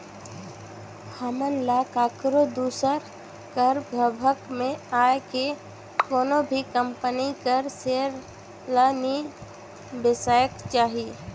हमन ल काकरो दूसर कर भभक में आए के कोनो भी कंपनी कर सेयर ल नी बेसाएक चाही